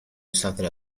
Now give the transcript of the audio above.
something